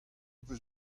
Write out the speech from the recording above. peus